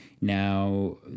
Now